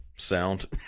sound